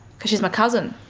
because she's my cousin,